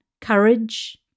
courage